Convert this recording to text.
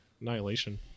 Annihilation